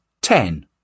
ten